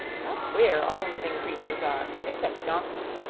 how queer all living creatures are, except donkeys!